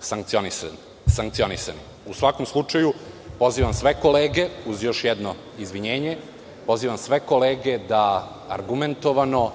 sankcionisani.U svakom slučaju, pozivam sve kolege, uz još jedno izvinjenje, da argumentovano